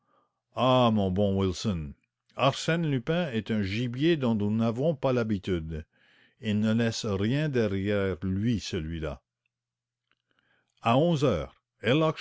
ah mon bon wilson arsène lupin est un gibier dont nous n'avons pas l'habitude il ne laisse rien derrière lui celui-là